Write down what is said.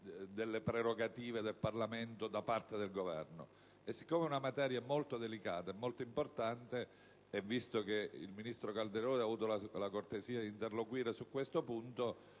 delle prerogative del Parlamento da parte del Governo. Poiché si tratta di una materia molto delicata ed importante, e visto che il ministro Calderoli ha avuto la cortesia di interloquire su questo punto,